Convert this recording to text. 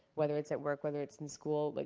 whether it's at work, whether it's in school. like